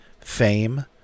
Fame